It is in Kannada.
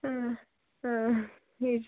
ಹಾಂ ಹಾಂ ಏಜ್